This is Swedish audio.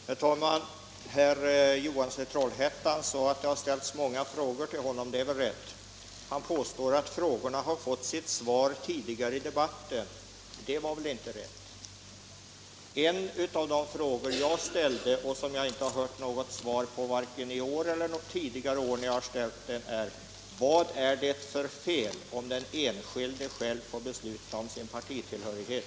Herr talman! Herr Johansson i Trollhättan sade att det har ställts många frågor till honom. Det var rätt. Han påstod att frågorna har fått svar 101 tidigare i debatten. Det var väl inte rätt? En av de frågor som jag ställde och som jag inte har fått svar på varken i år eller tidigare år när jag har ställt samma fråga är: Vad är det för fel att den enskilde själv får besluta om sin partitillhörighet?